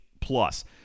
plus